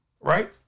Right